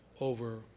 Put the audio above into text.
over